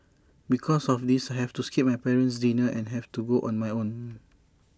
because of this I have to skip my parent's dinner and have to go on my own